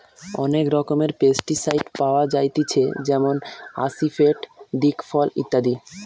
অনেক রকমের পেস্টিসাইড পাওয়া যায়তিছে যেমন আসিফেট, দিকফল ইত্যাদি